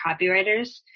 copywriters